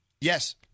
Yes